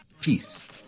peace